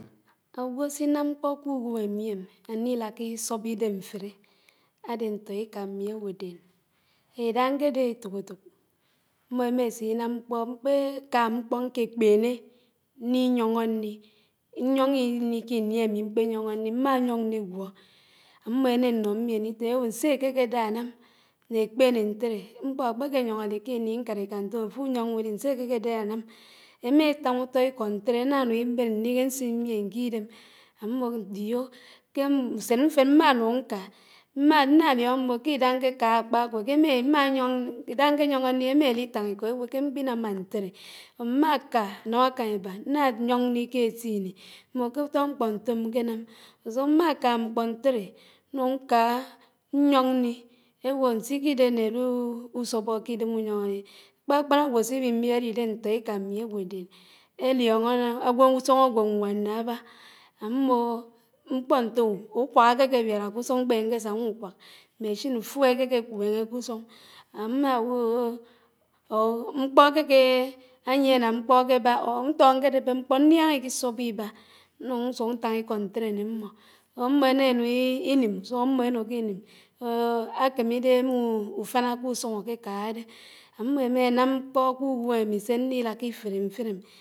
Ágwò sínàm mkpó k’ùgwém ánilaka ísóbó idóm mfiré ádé ñtó ékámí ágwòdén. ídá nké dé étók étók. mmó émási námkpo mkpéé ká mkpó ñké kpéné ñni yóñó ñni, ñyóñó ñni ki ini ámí mkpé yóñó ñni, mmá yóñ ñnigwó ámmó éná ñnó ítém éwò ñsékeké dá ánám ñé ákpéné ñtèré. mkpó ákpéké yóñ áli k’íní ñkáníká ñtòm áfùyóñó ùlí ñsé ákéké dá ánám, émá étán ùtó íkó ñtéré ánánáñ íbén ñník ásín míén k’idem, ámmo íyo ké ùsén ñfén mmá nùñ ñká, ná úóñó mmò kidáhá ñké ká ákpákò ídóhá ñké yóñó ñké émá élí táñ ikó éwò ké mkpínámá ñtéré, mmá ká ánám ákáñ íbá ñnǎ yóñ ñni k’etini, mmò kùtó mkpó ñtòm nkénám, ùsùk mmá ká mkpó ñteré, ñnùñ ñká ñyóñ ñní, ówó ñsíkídé nélùùù ùsóbókídém ùyón ùrì, kpánákpán ágwò síwí ímbib áride ñtó ékémí ágwòdén, élíóñó ùsùn ágwòwán nábá, ámmò mkpóntòn, ùkwak ákéké wíárá kùsùñ kpé ñké sáñá ùkwák, machine fuel àkéké kwéné kùsùñ mkpó kéké or ákéké ná mkpó ákébá or ñtó áñkédéhé mkpó ñníañá íkísóbó íbá ñnùñ ñsùñ ñté íkó ntéré ne mmó, ámmó éná nùñ ínún, ñsùhó ámmó ínukò ínúm ákémídé émùfáná k’ùsùñ áké ká dé, ámmo émá énámkpó k’ùwém ámí sé ñni lákábífiré mfiném